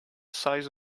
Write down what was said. size